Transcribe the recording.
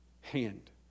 hand